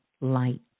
light